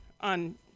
on